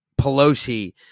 Pelosi